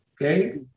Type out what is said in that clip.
okay